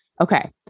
Okay